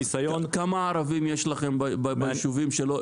כמה ערבים יש לכם ביישובים האלה,